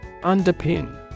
Underpin